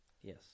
Yes